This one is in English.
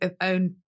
own